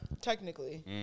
technically